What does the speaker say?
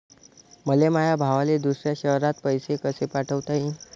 मले माया भावाले दुसऱ्या शयरात पैसे कसे पाठवता येईन?